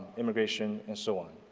immigration and so on.